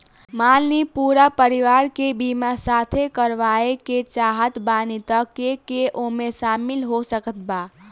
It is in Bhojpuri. मान ली पूरा परिवार के बीमाँ साथे करवाए के चाहत बानी त के के ओमे शामिल हो सकत बा?